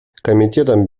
комитетом